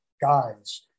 guys